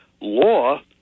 law